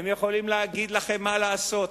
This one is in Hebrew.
הם יכולים להגיד לכם מה לעשות,